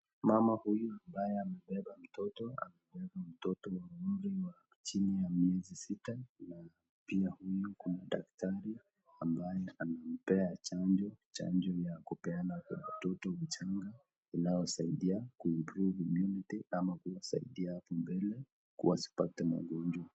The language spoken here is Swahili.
Mama huyu ambate anebeba mtoto ,amebeba mtoto umri wa chini ya miezi sita na pia humu kuna daktati ambaye anampea chanjo, chanjo ya kulea watoto wachanga inayosaidia ku improve immunity kuwasaidia hapo mbele wasipate magonjwa.